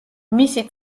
მისი